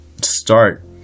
start